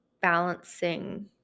balancing